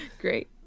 Great